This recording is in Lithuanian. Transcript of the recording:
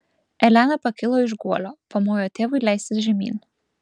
elena pakilo iš guolio pamojo tėvui leistis žemyn